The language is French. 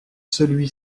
celui